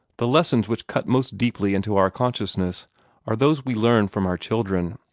the lessons which cut most deeply into our consciousness are those we learn from our children.